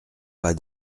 pas